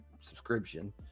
subscription